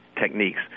techniques